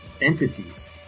entities